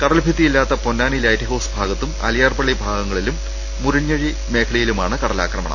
കടൽഭിത്തിയില്ലാത്ത Ponnani lighthouse ഭാഗത്തും അലിയാർപള്ളി ഭാഗങ്ങളിലും മുറിഞ്ഞഴി മേഖലകളിലുമാണ് കടലാക്രമണം